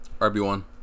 RB1